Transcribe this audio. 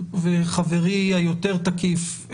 וחברי היותר תקיף,